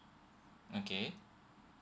okay